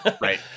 Right